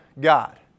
God